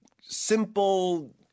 simple